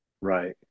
Right